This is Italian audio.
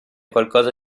qualcosa